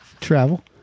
Travel